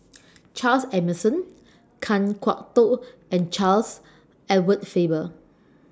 Charles Emmerson Kan Kwok Toh and Charles Edward Faber